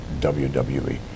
WWE